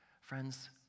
Friends